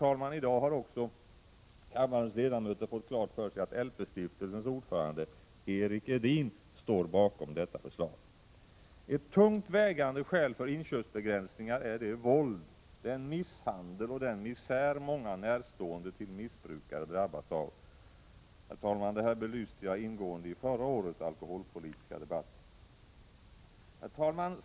I dag har kammarens ledamöter fått klart för sig att också LP-stiftelsens ordförande Erik Edin står bakom detta förslag. Ett annat tungt vägande skäl för inköpsbegränsningar är det våld, den misshandel och misär många närstående till missbrukare drabbas av. Jag belyste detta ingående i förra årets alkoholpolitiska debatt. Herr talman!